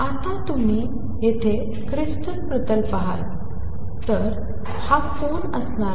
आता तुम्ही येथे क्रिस्टल प्रतल पहाल तर हा कोन असणार आहे